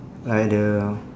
like the